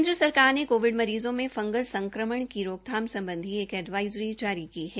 केन्द्र सरकार ने कोविड मरीज़ों में फंगल संक्रमण की रोकथाम सम्बधी एक एडवाजरी जारी की है